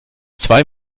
zwei